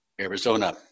Arizona